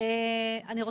לשאלתך, זה מה